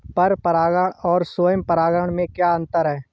पर परागण और स्वयं परागण में क्या अंतर है?